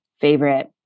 favorite